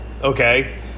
Okay